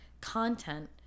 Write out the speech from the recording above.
content